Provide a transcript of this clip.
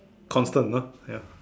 constant ah ya